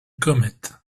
comète